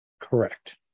Correct